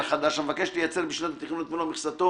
חדש המבקש לייצר בשנת התכנון את מלוא מכסתו